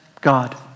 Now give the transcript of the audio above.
God